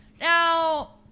Now